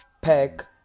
pack